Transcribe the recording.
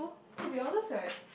to be honest right